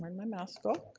um and my mouse go,